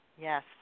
Yes